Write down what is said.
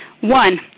One